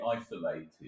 isolated